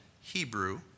Hebrew